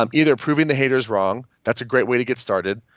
um either proving the haters wrong. that's a great way to get started.